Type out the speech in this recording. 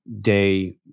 day